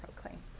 proclaim